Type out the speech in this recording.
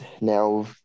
now